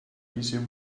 easier